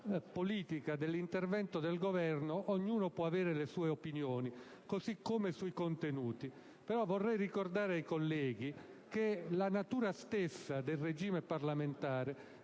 del rappresentante del Governo ognuno può avere le sue opinioni, così come sui contenuti. Vorrei però ricordare ai colleghi che la natura stessa del regime parlamentare